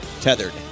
Tethered